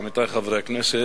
עמיתי חברי הכנסת,